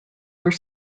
were